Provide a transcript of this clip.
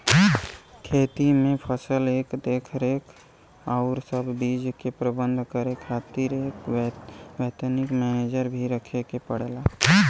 खेती में फसल क देखरेख आउर सब चीज के प्रबंध करे खातिर एक वैतनिक मनेजर भी रखे के पड़ला